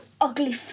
Ugly